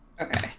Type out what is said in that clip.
Okay